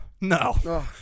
No